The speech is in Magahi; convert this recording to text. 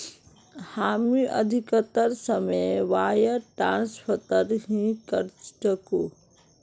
हामी अधिकतर समय वायर ट्रांसफरत ही करचकु